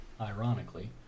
ironically